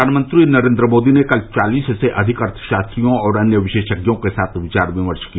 प्रधानमंत्री नरेंद्र मोदी ने कल चालीस से अधिक अर्थशास्त्रियों और अन्य विशेषज्ञों के साथ विचार विमर्श किया